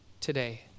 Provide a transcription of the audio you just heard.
Today